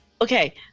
Okay